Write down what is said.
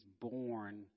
born